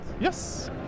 Yes